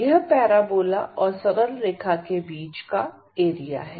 यह पैराबोला और सरल रेखा के बीच के बीच का एरिया है